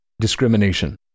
discrimination